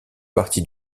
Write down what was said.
partie